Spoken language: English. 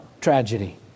tragedy